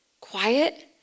quiet